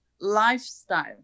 lifestyle